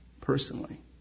personally